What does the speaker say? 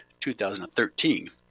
2013